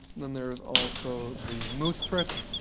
and and there's also the moosetrich.